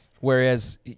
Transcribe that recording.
Whereas